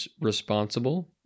responsible